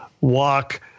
walk